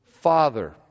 father